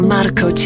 Marco